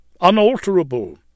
unalterable